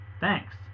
thanks